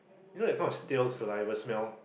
you know that kind of stale saliva smell